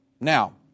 Now